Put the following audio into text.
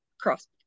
cross